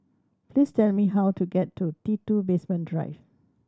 please tell me how to get to T Two Basement Drive